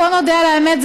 בואו נודה על האמת,